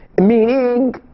meaning